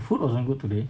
the food wasn't good today